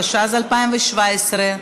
התשע"ז 2017,